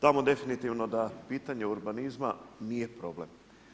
Tamo definitivno da pitanje urbanizma nije problem.